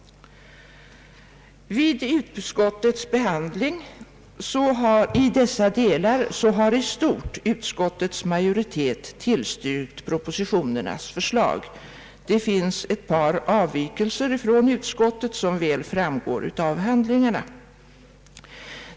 Vid utskottets behandling i dessa delar har i stort utskottets majoritet tillstyrkt förslagen i propositionerna. Det finns ett par avvikelser från utskottets ställningstagande, som framgår av handlingarna.